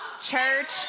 Church